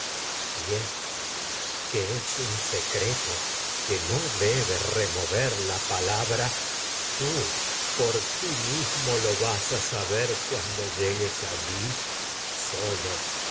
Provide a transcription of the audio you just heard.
y esto remover que a no debe la palabra tú por ti mismo lo porque a saber cuando a llegues allí solo